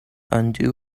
undo